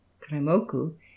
Kremoku